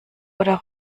oder